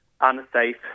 unsafe